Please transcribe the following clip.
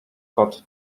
got